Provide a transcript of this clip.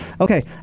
Okay